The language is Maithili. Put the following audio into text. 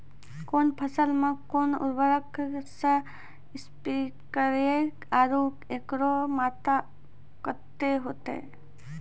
कौन फसल मे कोन उर्वरक से स्प्रे करिये आरु एकरो मात्रा कत्ते होते?